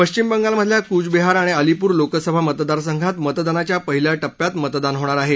पश्विम बंगालमधल्या कूच बिहार आणि अलीपुर लोकसभा मतदार संघात मतदानाच्या पहिल्या टप्प्यात मतदान होणार आहे